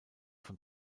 von